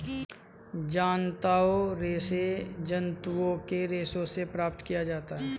जांतव रेशे जंतुओं के रेशों से प्राप्त किया जाता है